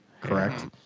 Correct